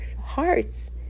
hearts